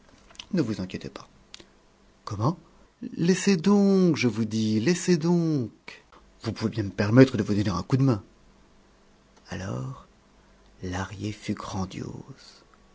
ne vous inquiétez pas comment laissez donc je vous dis laissez donc puis vous pouvez bien me permettre de vous donner un coup de main alors lahrier fut grandiose